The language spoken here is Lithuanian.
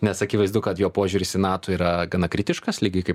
nes akivaizdu kad jo požiūris į nato yra gana kritiškas lygiai kaip